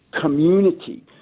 community